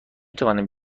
توانم